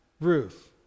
Ruth